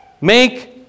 make